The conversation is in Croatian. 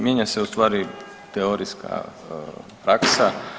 Mijenja se u stvari teorijska praksa.